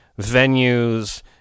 venues